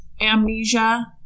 amnesia